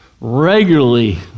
regularly